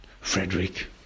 Frederick